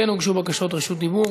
כן הוגשו בקשות רשות דיבור,